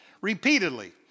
repeatedly